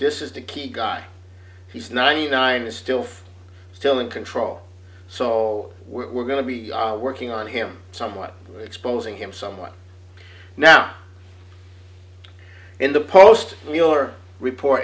this is to keep guy he's ninety nine and still still in control so we're going to be working on him somewhat exposing him somewhat now in the post mueller report